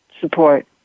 support